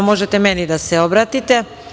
Možete meni da se obratite.